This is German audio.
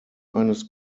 eines